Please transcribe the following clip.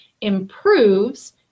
improves